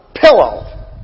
pillow